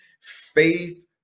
Faith